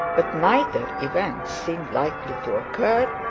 but neither event seemed likely to occur,